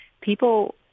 people